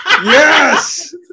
yes